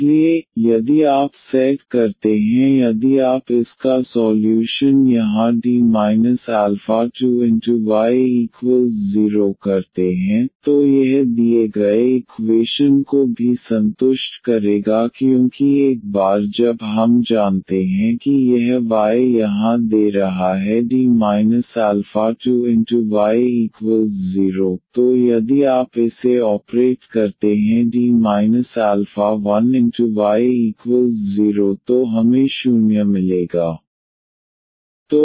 इसलिए यदि आप सेट करते हैं यदि आप इसका सॉल्यूशन यहां y0 करते हैं तो यह दिए गए इक्वेशन को भी संतुष्ट करेगा क्योंकि एक बार जब हम जानते हैं कि यह y यहां दे रहा है y0 तो यदि आप इसे ऑपरेट करते हैं y0 तो हमें 0 मिलेगा